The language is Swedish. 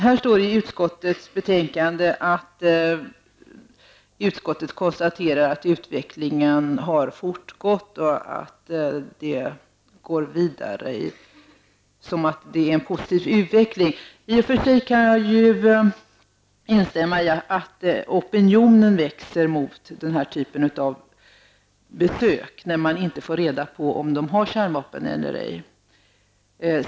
Det står i utskottets betänkande att utskottet konstaterar att utvecklingen har fortgått, att den går vidare och att detta skulle vara positivt. Jag kan i och för sig instämma i att opinionen växer mot den här typen av besök, där man inte får reda på om de har kärnvapen ombord eller ej.